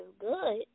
good